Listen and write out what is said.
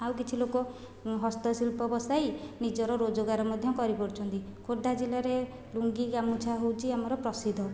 ଆଉ କିଛି ଲୋକ ହସ୍ତଶିଳ୍ପ ବସାଇ ନିଜର ରୋଜଗାର ମଧ୍ୟ କରିପାରୁଛନ୍ତି ଖୋର୍ଦ୍ଧା ଜିଲ୍ଲାରେ ଲୁଙ୍ଗି ଗାମୁଛା ହେଉଛି ଆମର ପ୍ରସିଦ୍ଧ